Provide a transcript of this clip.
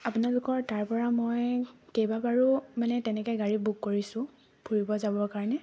আপোনালোকৰ তাৰ পৰা মই কেইবাবাৰো মানে তেনেকৈ গাড়ী বুক কৰিছোঁ ফুৰিব যাব কাৰণে